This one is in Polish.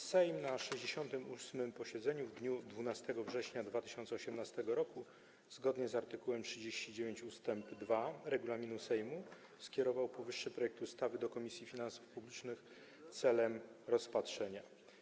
Sejm na 68. posiedzeniu w dniu 12 września 2018 r., zgodnie z art. 39 ust. 2 regulaminu Sejmu, skierował powyższy projekt ustawy do Komisji Finansów Publicznych celem rozpatrzenia.